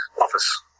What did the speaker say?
office